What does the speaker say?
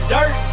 Dirt